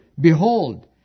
Behold